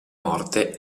morte